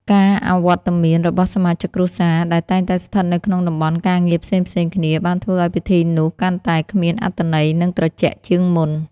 ការអវត្ដមានរបស់សមាជិកគ្រួសារ ដែលតែងតែស្ថិតនៅក្នុងតំបន់ការងារផ្សេងៗគ្នា បានធ្វើឱ្យពិធីនោះកាន់តែគ្មានអត្ថន័យនិងត្រជាក់ជាងមុន។